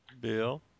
Bill